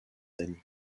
danny